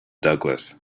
douglas